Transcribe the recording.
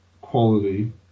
quality